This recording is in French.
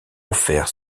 offert